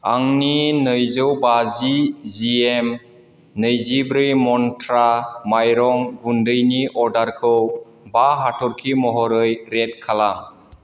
आंनि नैजौबाजि जि एम नैजिब्रै मन्त्रा माइरं गुन्दैनि अर्डारखौ बा हाथरखि महरै रेट खालाम